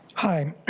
hi.